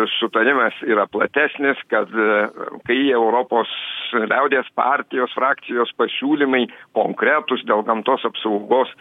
sutarimas yra platesnis kad kai jie europos liaudies partijos frakcijos pasiūlymai konkretūs dėl gamtos apsaugos